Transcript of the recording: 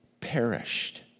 perished